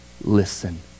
Listen